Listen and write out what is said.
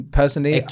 personally